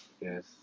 Yes